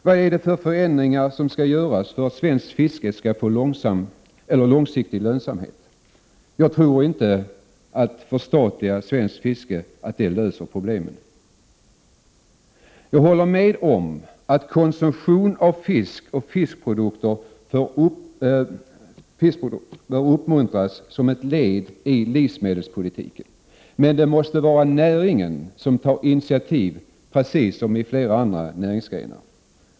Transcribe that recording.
Vad är det för förändringar som skall göras för att svenskt fiske skall få långsiktig lönsamhet? Jag håller med om att konsumtion av fisk och fiskprodukter bör uppmuntras som ett led i livsmedelspolitiken. Men det måste vara näringen som tar initiativ precis som i flera andra näringsgrenar.